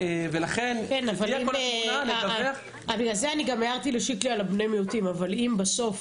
בגלל זה גם הערתי לשיקלי על בני המיעוטים אבל אם בסוף